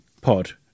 pod